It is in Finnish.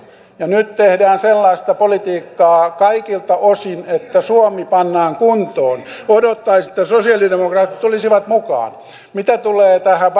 ja nyt tehdään sellaista politiikkaa kaikilta osin että suomi pannaan kuntoon odottaisi että sosialidemokraatit tulisivat mukaan mitä tulee tähän